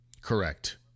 Correct